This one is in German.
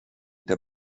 der